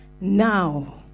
now